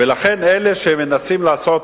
ולכן, אלה שמנסים לעשות,